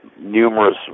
numerous